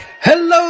Hello